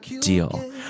deal